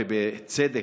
ובצדק,